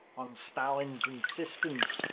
on stalin's insistence,